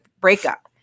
breakup